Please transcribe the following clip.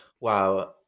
Wow